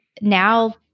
now